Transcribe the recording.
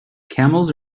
camels